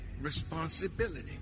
responsibility